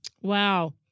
Wow